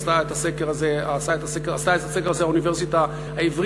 עשתה את הסקר הזה האוניברסיטה העברית,